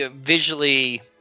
visually